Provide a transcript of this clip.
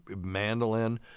mandolin